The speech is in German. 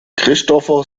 christopher